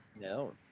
No